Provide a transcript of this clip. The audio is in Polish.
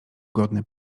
godny